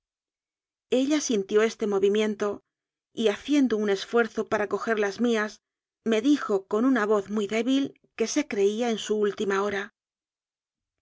ella sintió este movimiento y haciendo un esfuerzo para coger las mías me dijo con una voz muy débil que se creía en su última hora